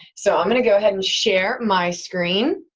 so i'm going to go ahead and share my screen.